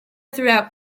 throughout